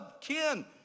kin